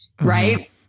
Right